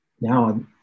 Now